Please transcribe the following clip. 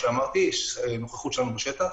מתוך פעילות שלנו בשטח,